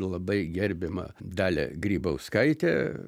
labai gerbiamą dalią grybauskaitę